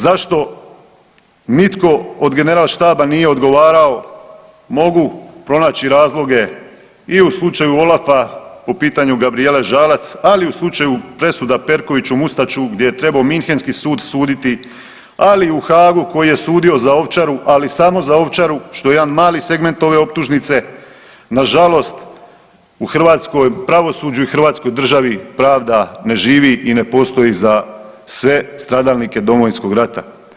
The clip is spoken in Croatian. Zašto nitko od general štaba nije odgovarao, mogu pronaći razloge i u slučaju OLAF-a po pitanju Gabrijele Žalac, ali i u slučaju presuda Perkoviću, Mustaću, gdje je trebao minhenski sud suditi, ali i u Hagu koji je sudio za Ovčaru, ali samo za Ovčaru što je jedan mali segment ove optužnice, nažalost u Hrvatskoj, pravosuđu i u hrvatskoj državi pravda ne živi i ne postoji za sve stradalnike Domovinskog rata.